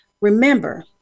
Remember